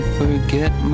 forget